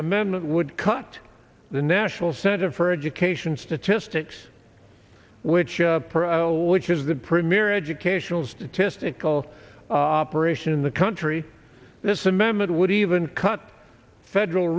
amendment would cut the national center for education statistics which per which is the premier educational statistical operation in the country this amendment would even cut federal